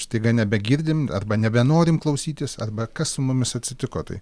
staiga nebegirdim arba nebenorim klausytis arba kas su mumis atsitiko tai